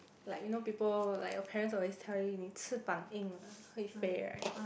like you know people like your parents always tell you 你翅膀硬了会飞 right